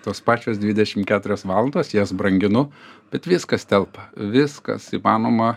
tos pačios dvidešim keturias valandas jas branginu bet viskas telpa viskas įmanoma